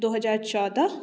दो हजार चौदह